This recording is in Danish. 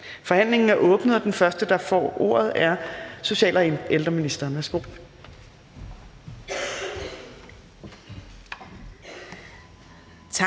Forhandlingen er åbnet, og den første, der får ordet, er social- og ældreministeren.